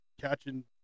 catching